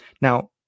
Now